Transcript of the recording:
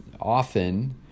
Often